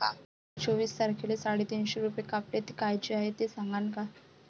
माये चोवीस तारखेले साडेतीनशे रूपे कापले, ते कायचे हाय ते सांगान का?